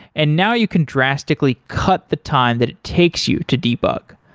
and now you can drastically cut the time that it takes you to debug.